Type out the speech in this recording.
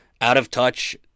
out-of-touch